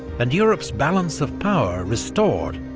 and europe's balance of power restored,